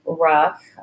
rough